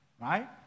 right